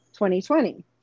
2020